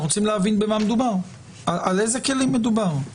אנחנו רוצים להבין במה מדובר ועל איזה כלים מדובר.